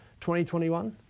2021